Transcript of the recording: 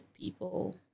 people